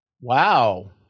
Wow